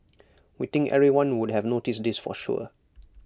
we think everyone would have noticed this for sure